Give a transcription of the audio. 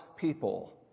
people